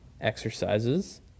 exercises